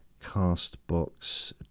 Castbox